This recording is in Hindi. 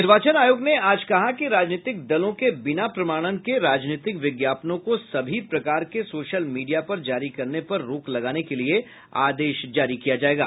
निर्वाचन आयोग ने आज कहा कि राजनीतिक दलों के बिना प्रमाणन के राजनीतिक विज्ञापनों को सभी प्रकार के सोशल मीडिया पर जारी करने पर रोक लगाने के लिये आदेश जारी किया जायेगा